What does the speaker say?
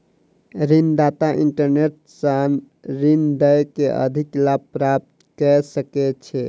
ऋण दाता इंटरनेट सॅ ऋण दय के अधिक लाभ प्राप्त कय सकै छै